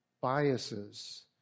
biases